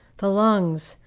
the lungs,